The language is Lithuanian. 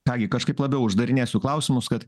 ką gi kažkaip labiau uždarinėsiu klausimus kad